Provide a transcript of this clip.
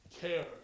care